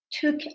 took